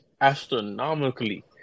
astronomically